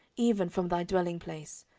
even from thy dwelling place,